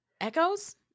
echoes